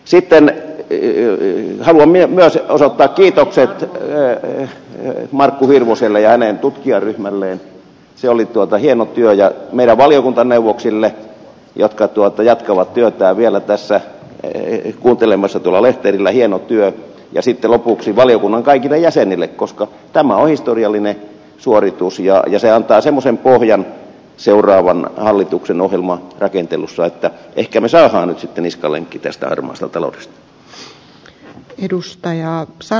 sitten haluan myös osoittaa kiitokset markku hirvoselle ja hänen tutkijaryhmälleen se oli hieno työ ja meidän valiokuntaneuvoksillemme jotka jatkavat työtään vielä kuuntelemalla tuolla lehterillä hieno työ ja sitten lopuksi valiokunnan kaikille jäsenille koska tämä on historiallinen suoritus ja se antaa semmoisen pohjan seuraavan hallituksen ohjelmarakentelussa että ehkä me saamme nyt sitten niskalenkin tästä harmaasta taloudesta